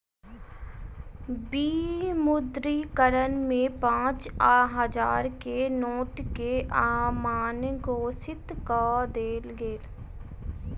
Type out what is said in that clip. विमुद्रीकरण में पाँच आ हजार के नोट के अमान्य घोषित कअ देल गेल